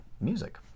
music